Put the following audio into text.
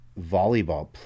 volleyball